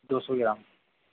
दो सौ ग्राम